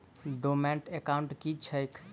Dormant account की छैक?